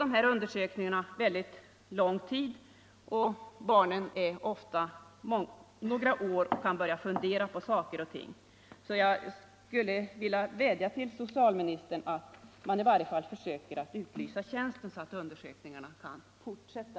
De här undersökningarna tar mycket lång tid och barnet hinner ofta bli några år och kan börja fundera över saker och ting. Jag skulle vilja vädja till socialministern att man i varje fall försöker utlysa tjänsten, så att undersökningarna kan fortsätta.